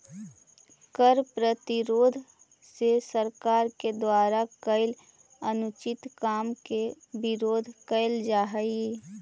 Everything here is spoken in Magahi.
कर प्रतिरोध से सरकार के द्वारा कैल अनुचित काम के विरोध कैल जा हई